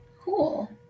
Cool